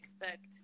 expect